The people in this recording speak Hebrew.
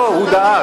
לא, הוא דאג.